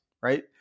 right